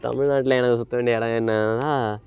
தமிழ்நாட்டில் எனக்கு சுத்தம் வேண்டிய இடம் என்னென்னனா